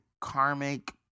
karmic